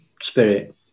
spirit